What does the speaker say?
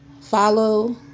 Follow